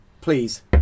please